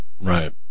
right